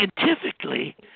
scientifically